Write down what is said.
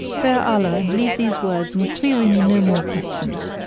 bear allah and leave these words and query me no more questions.